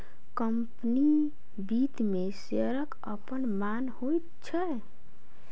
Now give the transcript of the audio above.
company वित्त मे शेयरक अपन मान होइत छै